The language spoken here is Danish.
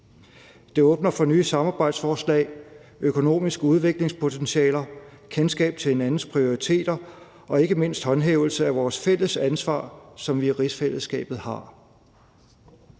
Det åbner for nye samarbejdsforslag, økonomiske udviklingspotentialer, kendskab til hinandens prioriteter og ikke mindst håndhævelse af vores fælles ansvar, som vi har i rigsfællesskabet.